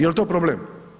Jel to problem?